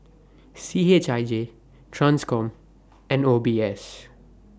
C H I J TRANSCOM and O B S